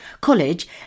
college